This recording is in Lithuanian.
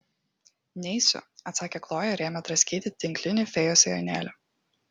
neisiu atsakė kloja ir ėmė draskyti tinklinį fėjos sijonėlį